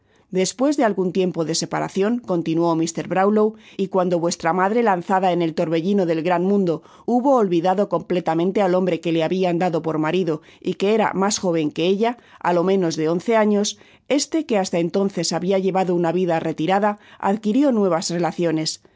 despues de algun tiempo de separacioncontinuó mr brown low y cuando vuestra madre lanzada en el torbellino del gran mundo hubo olvidado completamente al hombre que le habian dado por marido y que era mas joven que ella i lo menos de once años éste que hasta entonces habia llevado una vida retirada adquirió nuevas relaciones